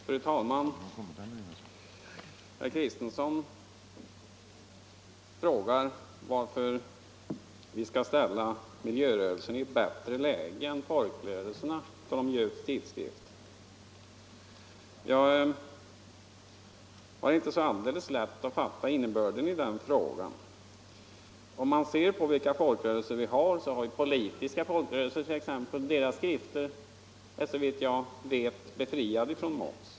Fru talman! Herr Kristenson frågade varför vi skall ställa miljörörelserna i ett bättre läge än de folkrörelser som ger ut tidskrifter. Jag har inte så alldeles lätt att fatta innebörden i den frågan. Vi har politiska folkrörelser t.ex., och deras tidskrifter är såvitt jag vet befriade från moms.